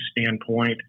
standpoint